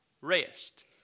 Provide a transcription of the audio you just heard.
rest